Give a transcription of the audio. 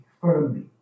firmly